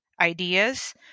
ideas